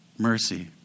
Mercy